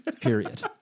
Period